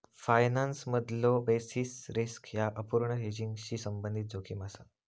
फायनान्समधलो basis risk ह्या अपूर्ण हेजिंगशी संबंधित जोखीम असा